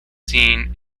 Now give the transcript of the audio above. seen